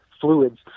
fluids